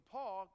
Paul